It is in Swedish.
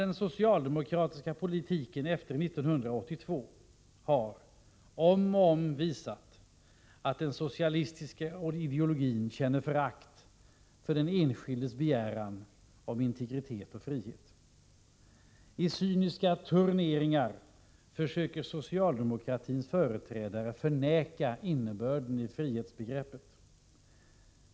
Den socialdemokratiska politiken efter 1982 har om och om igen visat att den socialistiska ideologin känner förakt för den enskildes begäran om integritet och frihet. I cyniska turneringar försöker socialdemokratins företrädare förneka innebörden av frihetsbegreppet.